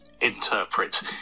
interpret